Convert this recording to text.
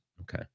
Okay